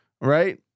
right